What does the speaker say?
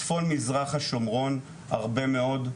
צפון מזרח השומרון הרבה מאוד,